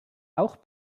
auch